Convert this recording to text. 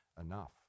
enough